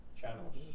channels